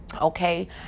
okay